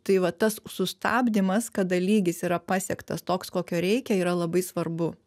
tai vat tas sustabdymas kada lygis yra pasiektas toks kokio reikia yra labai svarbu